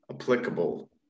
applicable